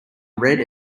red